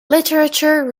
literature